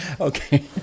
Okay